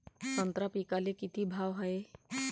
संत्रा पिकाले किती भाव हाये?